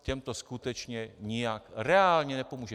Těm to skutečně nijak reálně nepomůže.